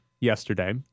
yesterday